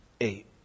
Eight